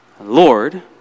Lord